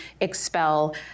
expel